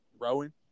Rowan